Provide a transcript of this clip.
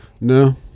No